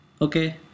Okay